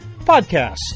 podcast